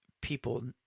people